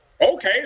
okay